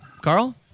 Carl